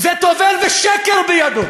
זה טובל ושקר בידו.